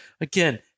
Again